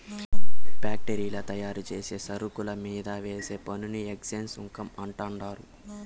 ఫ్యాక్టరీల్ల తయారుచేసే సరుకుల మీంద వేసే పన్నుని ఎక్చేంజ్ సుంకం అంటండారు